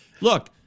look